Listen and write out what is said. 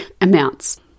amounts